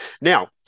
Now